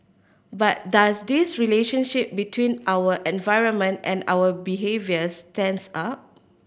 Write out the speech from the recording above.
but does this relationship between our environment and our behaviour stands up